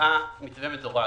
שקבעה מבנה מדורג.